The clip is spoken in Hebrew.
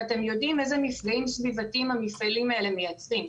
ואתם יודעים איזה מפגעים סביבתיים המפעלים האלה מייצרים.